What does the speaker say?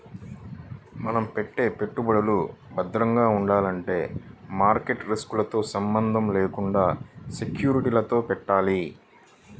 మనం పెట్టే పెట్టుబడులు భద్రంగా ఉండాలంటే మార్కెట్ రిస్కులతో సంబంధం లేకుండా సెక్యూరిటీలలో పెట్టాలి